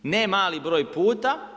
Ne mali broj puta.